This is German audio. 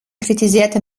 kritisierte